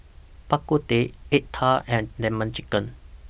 Bak Kut Teh Egg Tart and Lemon Chicken